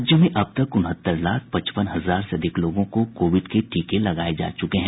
राज्य में अब तक उनहत्तर लाख पचपन हजार से अधिक लोगों को कोविड के टीके लगाये जा चुके हैं